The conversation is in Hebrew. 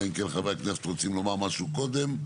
אלא אם כן חברי הכנסת רוצים לומר משהו קודם.